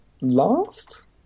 last